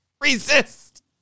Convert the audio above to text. resist